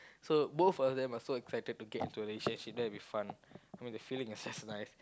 so both of them are so excited to get into a relationship that will be fun I mean the feeling is just nice